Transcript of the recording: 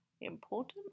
important